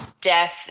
death